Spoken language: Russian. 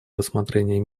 рассмотрение